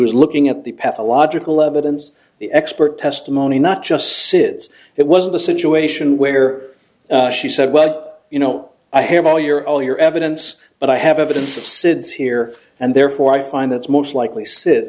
was looking at the pathological evidence the expert testimony not just sits it was the situation where she said well you know i have all your all your evidence but i have evidence of sids here and therefore i find that's most likely sit